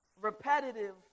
repetitive